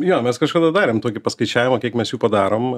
jo mes kažkada darėm tokį paskaičiavimą kiek mes jų padarom